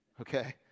okay